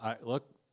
look